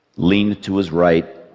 leaned to his right,